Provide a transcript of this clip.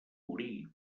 morir